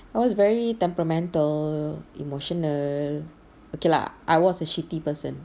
I was very temperamental emotional okay lah I was a shitty person